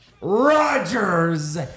Rodgers